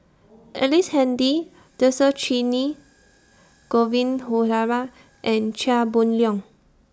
Ellice Handy Dhershini Govin Winodan and Chia Boon Leong